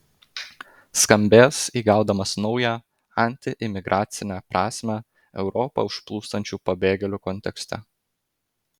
skambės įgaudamas naują antiimigracinę prasmę europą užplūstančių pabėgėlių kontekste